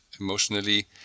emotionally